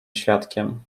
świadkiem